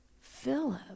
Philip